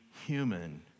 human